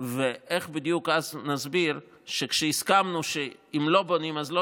ואיך בדיוק אז נסביר שכשהסכמנו שאם לא בונים אז לא